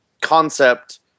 concept